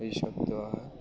এই শব্দ হয়